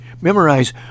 Memorize